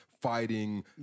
fighting